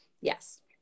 Yes